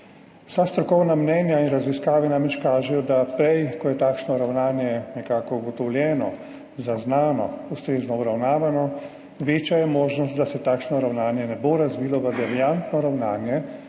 Vsa strokovna mnenja in raziskave namreč kažejo, da prej ko je takšno ravnanje nekako ugotovljeno, zaznano, ustrezno obravnavano, večja je možnost, da se takšno ravnanje ne bo razvilo v deviantno ravnanje,